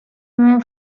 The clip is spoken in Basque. nuen